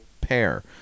pair